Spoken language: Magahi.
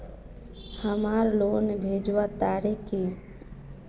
हमार लोन भेजुआ तारीख की?